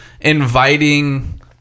inviting